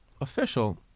official